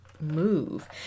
move